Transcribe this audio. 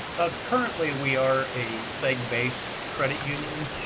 currently, we are a seg-based credit union.